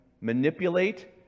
manipulate